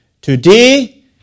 Today